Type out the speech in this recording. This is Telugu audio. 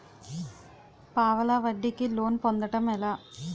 పావలా వడ్డీ కి లోన్ పొందటం ఎలా?